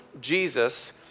Jesus